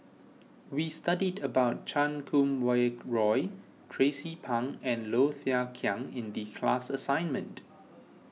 we studied about Chan Kum Wah Roy Tracie Pang and Low Thia Khiang in the class assignment